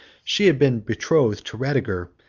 she had been betrothed to radiger,